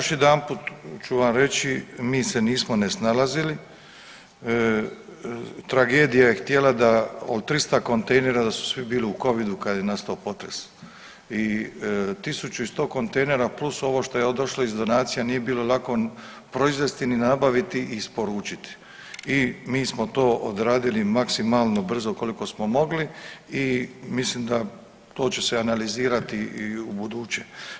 Još jedanput ću vam reći, mi se nismo nesnalazili, tragedija je htjela da od 300 kontejnera, da su svi bili u Covidu kad je nastao potres i 1100 kontejnera plus ovo što je došlo iz donacija nije bilo lako proizvesti ni nabaviti i isporučiti i mi smo to odradili maksimalno brzo koliko smo mogli i mislim da, to će se analizirati i ubuduće.